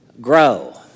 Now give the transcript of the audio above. grow